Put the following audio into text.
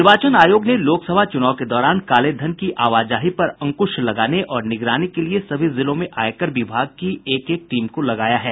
निर्वाचन आयोग ने लोकसभा चूनाव के दौरान काले धन की आवाजाही पर अंकूश लगाने और निगरानी के लिये सभी जिलों में आयकर विभाग की एक एक टीम को लगाया है